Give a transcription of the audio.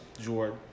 Jordan